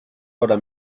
ahora